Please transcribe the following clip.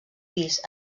pis